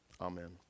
Amen